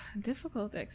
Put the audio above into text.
difficult